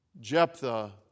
Jephthah